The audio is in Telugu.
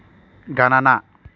గణన